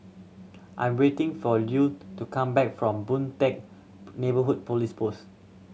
I am waiting for Lue to come back from Boon Teck Neighbourhood Police Post